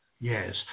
Yes